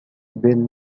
بيل